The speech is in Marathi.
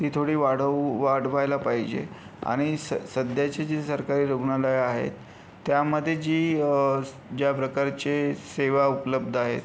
ती थोडी वाढउ वाढवायला पाहिजे आणि स् सध्याची जी सरकारी रुग्णालयं आहेत त्यामध्ये जी ज्या प्रकारचे सेवा उपलब्ध आहेत